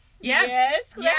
Yes